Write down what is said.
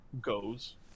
goes